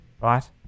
Right